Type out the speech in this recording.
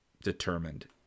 determined